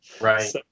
Right